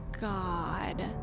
god